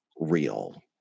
real